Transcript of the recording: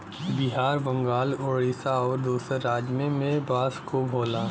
बिहार बंगाल उड़ीसा आउर दूसर राज में में बांस खूब होला